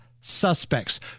suspects